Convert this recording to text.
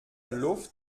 luft